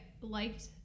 liked